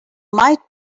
might